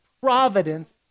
providence